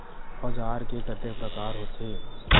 औजार के कतेक प्रकार होथे?